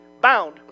bound